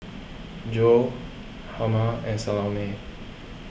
Zoa Herma and Salome